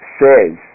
says